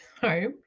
home